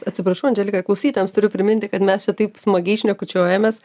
atsiprašau andželika klausytojams turiu priminti kad mes čia taip smagiai šnekučiuojamės